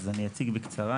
אז אני אציג בקצרה.